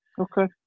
Okay